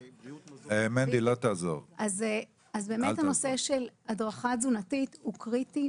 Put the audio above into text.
אז גם הנושא של הדרכה תזונתית הוא קריטי,